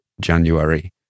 January